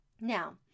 Now